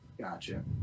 Gotcha